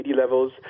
levels